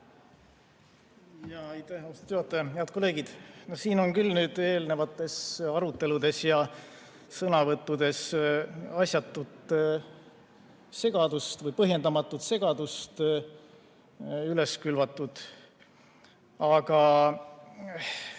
Siin on küll nüüd eelnevates aruteludes ja sõnavõttudes asjatut või põhjendamatut segadust külvatud. Aga